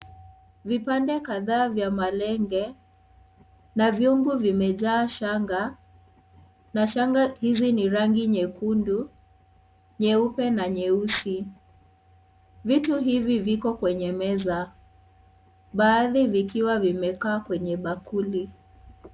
Vipande kadhaa vya malenge na vyungu vimejaa shanga na shanga hizi ni rangi nyekundu, nyeupe na nyeusi. Vitu hivi viko kwenye meza baadhi vikiwa vimekaa kwenye bakuli.